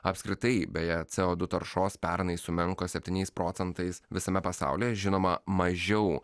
apskritai beje co du taršos pernai sumenko septyniais procentais visame pasaulyje žinoma mažiau